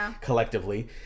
collectively